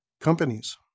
Companies